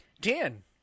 Dan